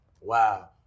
Wow